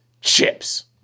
chips